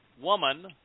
woman